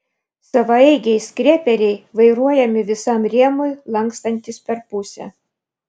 savaeigiai skreperiai vairuojami visam rėmui lankstantis per pusę